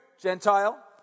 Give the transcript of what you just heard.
Gentile